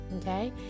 okay